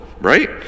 Right